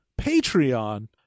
Patreon